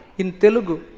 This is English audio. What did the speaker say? in telugu.